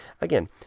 Again